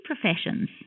professions